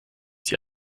sie